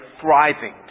thriving